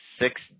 six